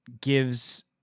gives